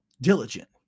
Diligent